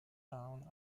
down